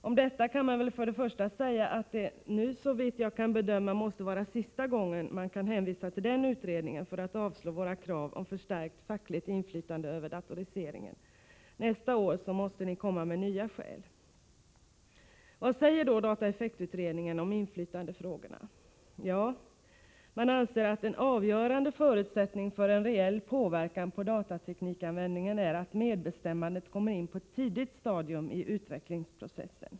Om detta kan sägas att det nu, såvitt jag kan bedöma, måste vara sista gången som man kan hänvisa till den utredningen för att avslå våra krav om förstärkt fackligt inflytande över datoriseringen. Nästa år måste ni komma med nya skäl. Vad säger då dataeffektutredningen om inflytandefrågorna? Ja, man anser att en avgörande förutsättning för en reell påverkan på datateknikanvändningen är att medbestämmandet kommer in på ett tidigt stadium i utvecklingsprocessen.